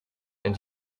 and